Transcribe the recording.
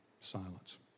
silence